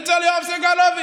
אצל יואב סגלוביץ',